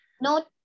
no